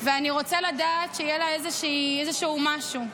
ואני רוצה לדעת שיהיה לה איזשהו משהו.